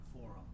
forum